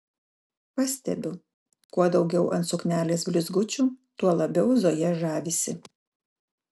pastebiu kuo daugiau ant suknelės blizgučių tuo labiau zoja žavisi